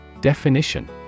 Definition